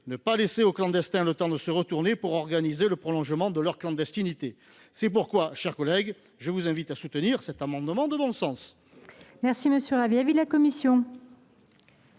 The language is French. ne pas laisser aux clandestins le temps de se retourner pour organiser le prolongement de leur clandestinité. C’est pourquoi, mes chers collègues, je vous invite à soutenir cet amendement de bon sens.